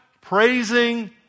Praising